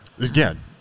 Again